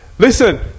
Listen